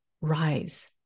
rise